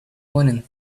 morning